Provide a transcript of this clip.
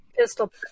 pistol